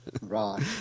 Right